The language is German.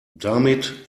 damit